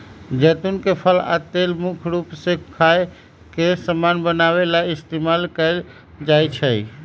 जैतुन के फल आ तेल मुख्य रूप से खाए के समान बनावे ला इस्तेमाल कएल जाई छई